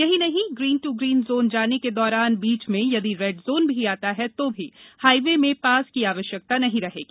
यही नहीं green to green zone जाने के दौरान बीच में यदि रेड जोन भी आता है तो भी हाईवे में पास की आवश्यकता नहीं रहेगी